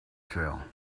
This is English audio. tell